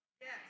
Yes